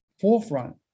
forefront